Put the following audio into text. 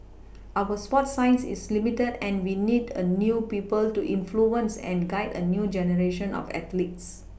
our sports science is limited and we need a new people to influence and guide a new generation of athletes